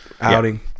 outing